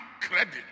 credit